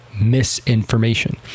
misinformation